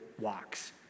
walks